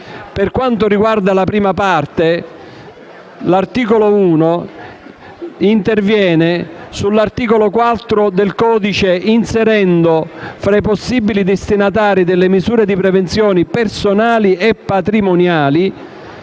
Per quanto riguarda la prima parte, l'articolo 1 interviene sull'articolo 4 del codice antimafia inserendo tra i possibili destinatari delle misure di prevenzione personali e patrimoniali,